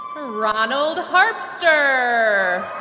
ronald harpster